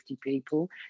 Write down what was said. people